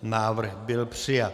Návrh byl přijat.